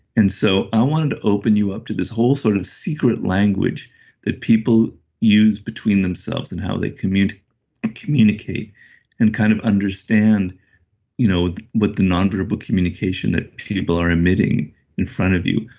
and so i wanted to open you up to this whole sort of secret language that people use between themselves and how they communicate communicate and kind of understand you know what the nonverbal communication that people are emitting in front of you.